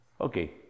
Okay